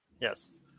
Yes